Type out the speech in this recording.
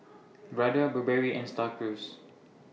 Brother Burberry and STAR Cruise